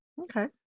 Okay